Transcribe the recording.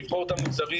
לבחור את המוצרים,